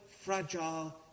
fragile